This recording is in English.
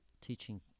teaching